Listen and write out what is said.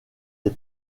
des